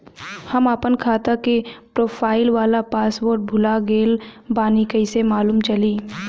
हम आपन खाता के प्रोफाइल वाला पासवर्ड भुला गेल बानी कइसे मालूम चली?